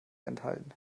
enthalten